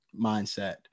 mindset